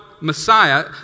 Messiah